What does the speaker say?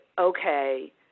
okay